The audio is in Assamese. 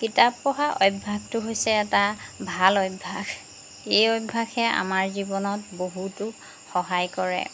কিতাপ পঢ়া অভ্যাসটো হৈছে এটা ভাল অভ্যাস এই অভ্যাসে আমাৰ জীৱনত বহুতো সহায় কৰে